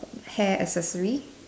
hair accessory